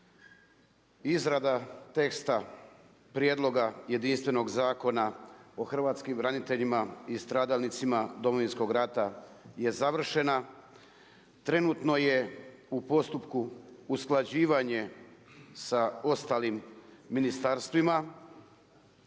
Izrada teksta prijedloga jedinstvenog zakona o hrvatskim braniteljima i stradalnicima Domovinskog rata je završena. Trenutno je u postupku usklađivanje sa ostalim ministarstvima.